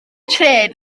trên